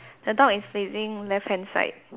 the dog is facing left hand side